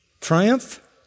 triumph